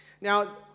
Now